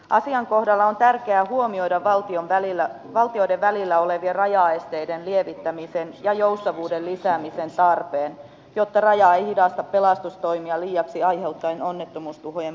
asian kohdalla on tärkeää huomioida valtioiden välillä olevien rajaesteiden lievittämisen ja joustavuuden lisäämisen tarve jotta raja ei hidasta pelastustoimia liiaksi aiheuttaen onnettomuustuhojen vakavuutta